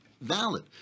valid